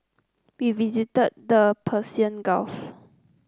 we visited the Persian Gulf